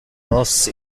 nos